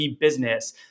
business